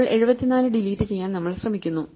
ഇപ്പോൾ 74 ഡിലീറ്റ് ചെയ്യാൻ നമ്മൾ ശ്രമിക്കുന്നു